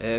frågan.